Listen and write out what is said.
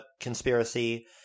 conspiracy